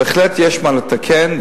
בהחלט יש מה לתקן,